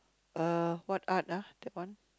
uh what art ah that one